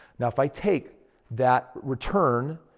now, if i take that return,